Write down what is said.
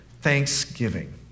thanksgiving